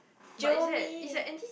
jio me